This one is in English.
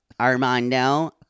Armando